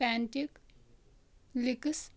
پینٹِک لِکٕس